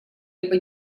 либо